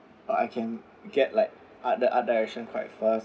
but I can get like other art direction quite fast